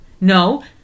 No